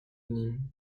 nîmes